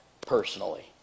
personally